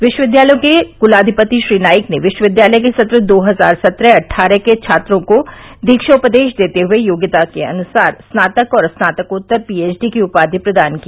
विश्वविद्यालयों के कलाविपति श्री नाईक ने विश्वविद्यालय के सत्र दो हजार सत्रह अटठारह के छात्रों को दीक्षोपदेश देते हए योग्यतानुसार स्नातक स्नाकोत्तर और पीएचडी की उपाधि प्रदान की